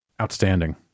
Outstanding